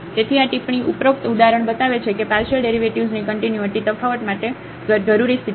તેથી આ ટિપ્પણી ઉપરોક્ત ઉદાહરણ બતાવે છે કે પાર્શિયલ ડેરિવેટિવ્ઝની કન્ટિન્યુટી તફાવત માટે જરૂરી સ્થિતિમાં નથી